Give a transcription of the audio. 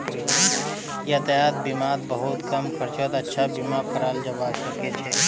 यातायात बीमात बहुत कम खर्चत अच्छा बीमा कराल जबा सके छै